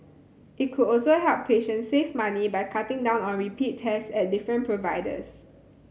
it could also help patients save money by cutting down on repeat test at different providers